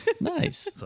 Nice